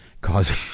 causing